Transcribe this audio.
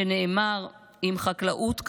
שנאמר: אם חקלאות כאן,